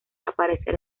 aparecer